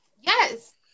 yes